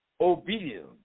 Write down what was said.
obedience